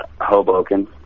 Hoboken